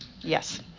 Yes